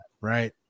Right